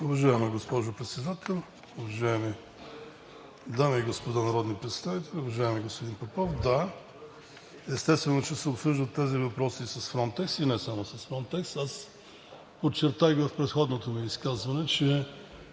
Уважаема госпожо Председател, уважаеми дами и господа народни представители! Уважаеми господин Попов, да, естествено, че се обсъждат тези въпроси с „Фронтекс“ и не само с „Фронтекс“. Подчертах в предходното ми изказване, че